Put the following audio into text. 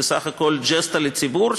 זאת בסך הכול ג'סטה לציבור,